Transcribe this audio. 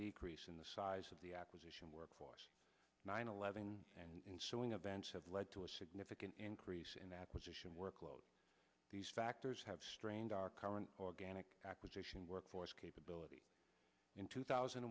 decrease in the size of the acquisition workforce nine eleven and sewing up bands have led to a significant increase in that position workload these factors have strained our current organic acquisition workforce capability in two thousand